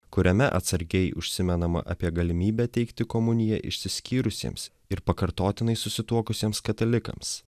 kuriame atsargiai užsimenama apie galimybę teikti komuniją išsiskyrusiems ir pakartotinai susituokusiems katalikams